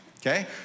okay